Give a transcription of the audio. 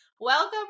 Welcome